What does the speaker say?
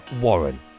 Warren